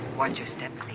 watch your step,